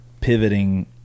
pivoting